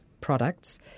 products